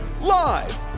Live